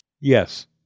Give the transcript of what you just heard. Yes